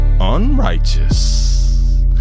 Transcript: Unrighteous